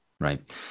Right